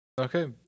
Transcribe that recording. Okay